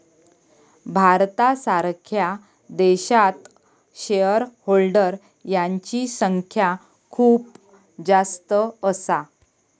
भारतासारख्या देशात shareholder यांची संख्या खूप जास्त असा